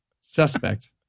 Suspect